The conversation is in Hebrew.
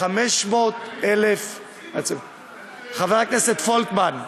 ממשלתית, חבר הכנסת פולקמן,